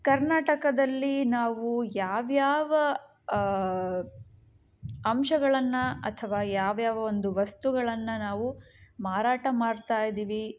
ಕರ್ನಾಟಕದಲ್ಲಿ ನಾವು ಯಾವಯಾವ ಅಂಶಗಳನ್ನು ಅಥವಾ ಯಾವಯಾವ ಒಂದು ವಸ್ತುಗಳನ್ನು ನಾವು ಮಾರಾಟ ಮಾಡ್ತಾ ಇದ್ದೀವಿ